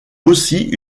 aussi